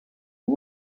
les